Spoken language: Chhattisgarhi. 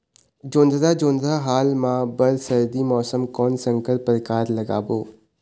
जोंधरा जोन्धरा हाल मा बर सर्दी मौसम कोन संकर परकार लगाबो?